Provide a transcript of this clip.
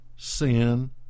sin